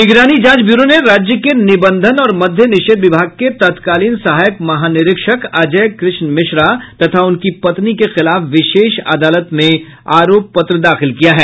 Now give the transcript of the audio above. निगरानी जांच ब्यूरो ने राज्य के निबंधन और मद्य निषेध विभाग के तत्कालीन सहायक महानिरीक्षक अजय कृष्ण मिश्रा तथा उनकी पत्नी के खिलाफ विशेष अदालत में आरोप पत्र दाखिल किया है